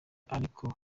ariko